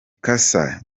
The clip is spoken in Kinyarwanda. casa